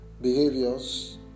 behaviors